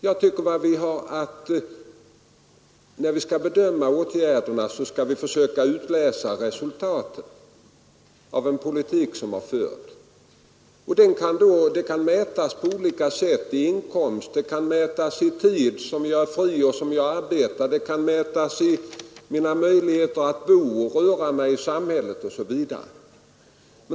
När vi bedömer vad som bör göras bör vi försöka utläsa resultaten av den politik som förts. Och de kan mätas på olika sätt, t.ex. i inkomst, i arbetstid eller i fritid, i möjligheter att bo och röra sig i samhället.